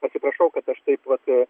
atsiprašau kad aš taip vat